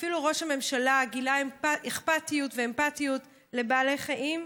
אפילו ראש הממשלה גילה אכפתיות ואמפתיות לבעלי חיים,